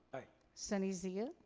aye. sunny zia?